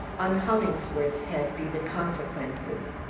on hollingsworth's head be the consequences!